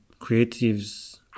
creatives